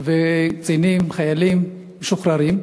קצינים, חיילים משוחררים,